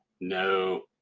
No